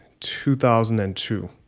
2002